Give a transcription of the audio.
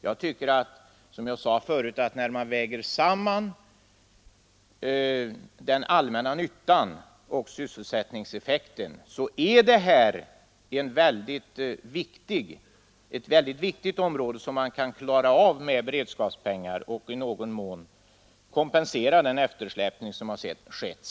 Som jag sade förut tycker jag, att när man väger samman den allmänna nyttan och sysselsättningseffekten får man tänka på att det här är ett väldigt viktigt område som man kan klara av med beredskapspengar och därigenom i någon mån kompensera den eftersläpning som har skett.